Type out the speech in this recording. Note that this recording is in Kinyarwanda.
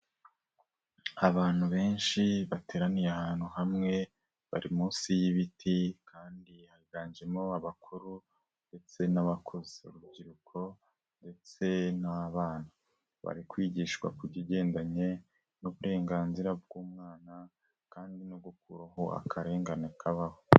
Abantu benshi, bateraniye ahantu hamwe bari munsi y'ibiti kandi higanjemo abakuru ndetse n'abakuze, urubyiruko ndetse n'abana, bari kwigishwa kukigendanye n'uburenganzira bw'umwana kandi no gukuraho akarengane kabaho.